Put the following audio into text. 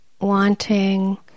wanting